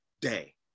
day